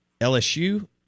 LSU